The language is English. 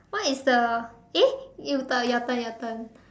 what is the eh you turn your turn your turn